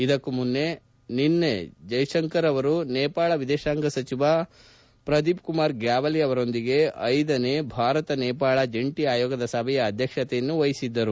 ಇದಕ್ಕೂ ಮುನ್ನ ನಿನ್ನ ಜೈಶಂಕರ್ ಅವರು ನೇಪಾಳ ವಿದೇಶಾಂಗ ಸಚಿವ ಪ್ರದೀಪ್ಕುಮಾರ್ ಗ್ಥಾವಲಿ ಅವರೊಂದಿಗೆ ಐದನೇ ಭಾರತ ನೇಪಾಳ ಜಂಟ ಆಯೋಗದ ಸಭೆಯ ಅಧ್ಯಕ್ಷತೆಯನ್ನು ವಸಿದ್ದರು